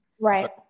Right